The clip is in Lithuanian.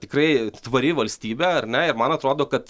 tikrai tvari valstybė ar ne ir man atrodo kad